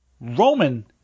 Roman